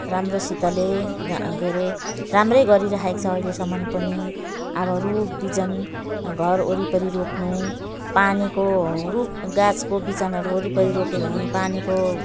राम्रोसितले के अरे राम्रै गरिरहेको छौँ अहिलेसम्म पनि अब रुख बिजन घर वरिपरि रोप्नु पानीको रुख घाँसको बिजनहरू वरिपरि रोप्यौँ भने पानीको